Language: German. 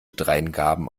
dreingaben